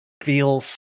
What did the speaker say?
feels